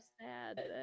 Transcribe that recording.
sad